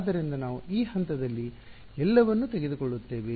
ಆದ್ದರಿಂದ ನಾವು ಈ ಹಂತದಲ್ಲಿ ಎಲ್ಲವನ್ನೂ ತೆಗೆದುಕೊಳ್ಳುತ್ತೇವೆ